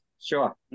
Sure